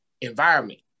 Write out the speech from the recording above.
environment